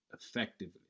effectively